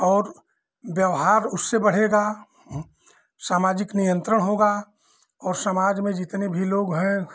और व्यवहार उससे बढ़ेगा सामाजिक नियन्त्रण होगा और समाज में जितने भी लोग हैं